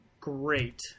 great